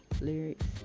lyrics